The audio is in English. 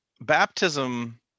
baptism